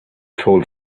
told